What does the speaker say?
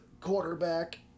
quarterback